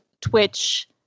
Twitch